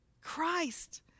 Christ